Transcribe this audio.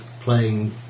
playing